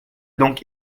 donc